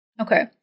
Okay